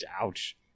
Ouch